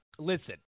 listen